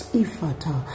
ifata